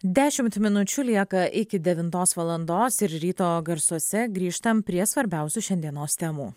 dešimt minučių lieka iki devintos valandos ryto garsuose grįžtam prie svarbiausių šiandienos temų